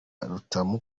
rutamu